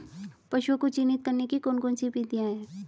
पशुओं को चिन्हित करने की कौन कौन सी विधियां हैं?